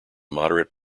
moderate